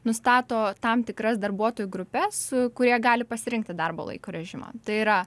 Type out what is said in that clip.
nustato tam tikras darbuotojų grupes kurie gali pasirinkti darbo laiko režimą tai yra